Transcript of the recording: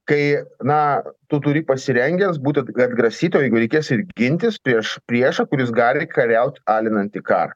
tai na tu turi pasirengęs būt atgrasyt o jeigu reikės ir gintis prieš priešą kuris gali kariauti alinantį karą